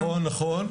נכון, נכון, נכון.